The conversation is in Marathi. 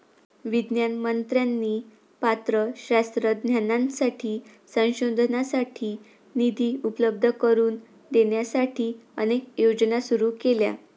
विज्ञान मंत्र्यांनी पात्र शास्त्रज्ञांसाठी संशोधनासाठी निधी उपलब्ध करून देण्यासाठी अनेक योजना सुरू केल्या